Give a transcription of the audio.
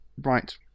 Right